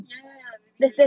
ya ya ya maybe maybe